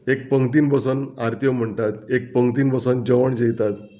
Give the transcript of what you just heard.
एक पंगक्तीन बसून आरत्यो म्हणटात एक पंगक्तीन बसून जेवण जेयतात